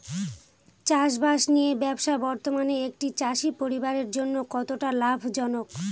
চাষবাষ নিয়ে ব্যবসা বর্তমানে একটি চাষী পরিবারের জন্য কতটা লাভজনক?